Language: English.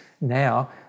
Now